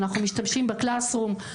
אנחנו משתמשים ב-Classes room,